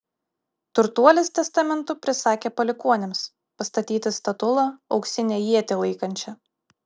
turtuolis testamentu prisakė palikuonims pastatyti statulą auksinę ietį laikančią